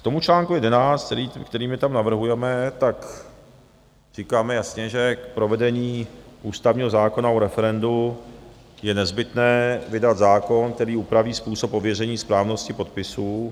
K tomu čl. 11, který my tam navrhujeme, tak říkáme jasně, že k provedení ústavního zákona o referendu je nezbytné vydat zákon, který upraví způsob ověření správnosti podpisů...